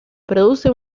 produce